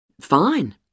Fine